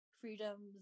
freedoms